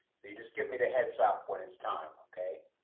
just give me the heads up when it's time. okay.